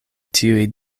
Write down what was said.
tiuj